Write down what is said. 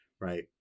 right